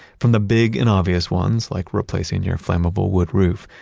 from the big and obvious ones like replacing your flammable wood roof,